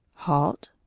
halt,